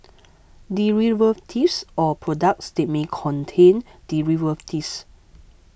derivatives or products that may contain derivatives